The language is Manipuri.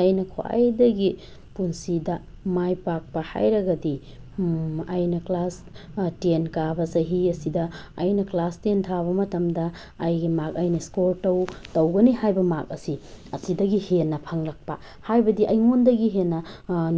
ꯑꯩꯅ ꯈ꯭ꯋꯥꯏꯗꯒꯤ ꯄꯨꯟꯁꯤꯗ ꯃꯥꯏ ꯄꯥꯛꯄ ꯍꯥꯏꯔꯒꯗꯤ ꯑꯩꯅ ꯀ꯭ꯂꯥꯁ ꯇꯦꯟ ꯀꯥꯕ ꯆꯍꯤ ꯑꯁꯤꯗ ꯑꯩꯅ ꯀ꯭ꯂꯥꯁ ꯇꯦꯟ ꯊꯥꯕ ꯃꯇꯝꯗ ꯑꯩꯒꯤ ꯃꯥꯔꯛ ꯑꯩꯅ ꯏꯁꯀꯣꯔ ꯇꯧꯒꯅꯤ ꯍꯥꯏꯕ ꯃꯥꯔꯛ ꯑꯁꯤ ꯑꯁꯤꯗꯒꯤ ꯍꯦꯟꯅ ꯐꯪꯂꯛꯄ ꯍꯥꯏꯕꯗꯤ ꯑꯩꯉꯣꯟꯗꯒꯤ ꯍꯦꯟꯅ